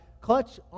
clutch